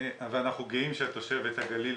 אנחנו גאים שאת תושבת הגליל